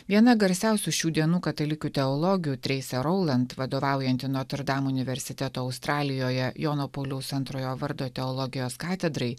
viena garsiausių šių dienų katalikių teologių treise rouland vadovaujanti noterdamo universiteto australijoje jono pauliaus antrojo vardo teologijos katedrai